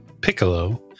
piccolo